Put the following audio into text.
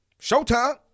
Showtime